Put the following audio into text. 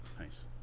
Nice